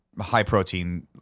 high-protein